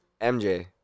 MJ